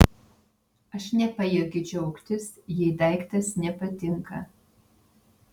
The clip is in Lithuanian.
aš nepajėgiu džiaugtis jei daiktas nepatinka